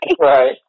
Right